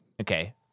Okay